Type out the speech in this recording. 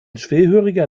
schwerhöriger